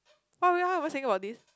oh ya why saying about this